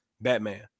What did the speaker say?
Batman